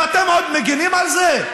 ואתם עוד מגינים על זה?